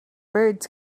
birds